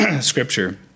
Scripture